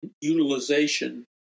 utilization